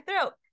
throat